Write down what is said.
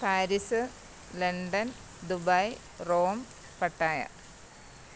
Paris London Dubai Rome Pattaya